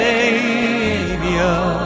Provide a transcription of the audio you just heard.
Savior